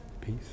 Peace